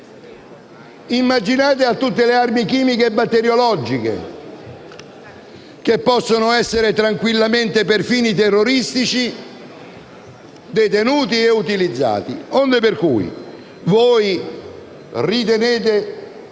immaginate allora tutte le armi chimiche e batteriologiche che possono essere tranquillamente, per fini terroristici, detenute e utilizzate. Pertanto, voi ritenete